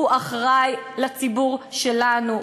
הוא אחראי לציבור שלנו,